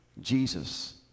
Jesus